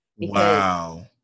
Wow